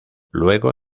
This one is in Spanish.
luego